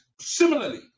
similarly